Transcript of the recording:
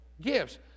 gifts